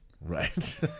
Right